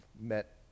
met